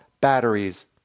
batteries